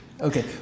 Okay